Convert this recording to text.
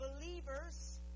believers